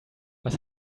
was